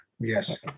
yes